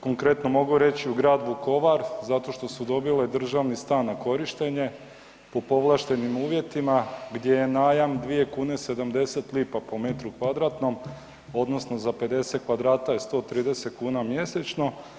Konkretno mogu reći u grad Vukovar zato što su dobile državni stan na korištenje po povlaštenim uvjetima, gdje je najam 2 kune 70 lipa po metru kvadratnom, odnosno za 50 kvadrata je 130 kuna mjesečno.